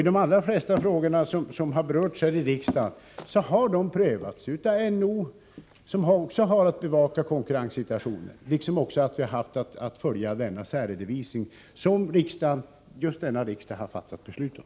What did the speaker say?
De allra flesta frågor som berörts här i riksdagen har prövats av NO, som har att bevaka konkurrenssituationen, och vi har haft att följa det beslut om särredovisning som just denna riksdag fattat beslut om.